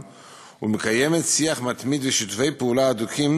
ומקיימת שיח מתמיד ושיתופי פעולה הדוקים